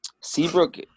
Seabrook